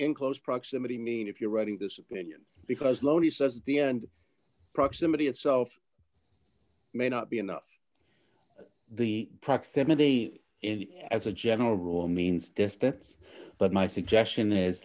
in close proximity mean if you're reading this opinion because lonely says the end proximity itself may not be enough the proximity in as a general rule means distance but my suggestion is